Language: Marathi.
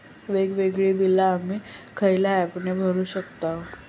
वेगवेगळी बिला आम्ही खयल्या ऍपने भरू शकताव?